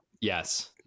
Yes